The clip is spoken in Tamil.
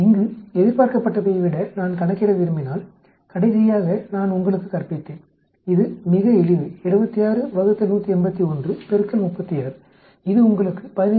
இங்கு எதிர்பார்க்கப்பட்டவையை நான் கணக்கிட விரும்பினால் கடைசியாக நான் உங்களுக்கு கற்பித்தேன் இது மிக எளிது 76 ÷ 181 36 இது உங்களுக்கு 15